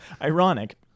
Ironic